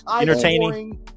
entertaining